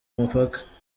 mupaka